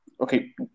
okay